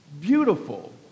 beautiful